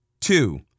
Two